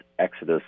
Exodus